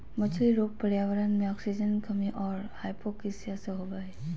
मछली रोग पर्यावरण मे आक्सीजन कमी और हाइपोक्सिया से होबे हइ